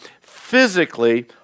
physically